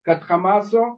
kad hamaso